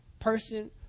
person